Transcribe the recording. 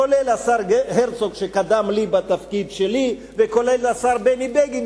השר הרצוג שקדם לי בתפקיד שלי והשר בני בגין,